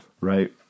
Right